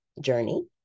journey